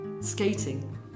skating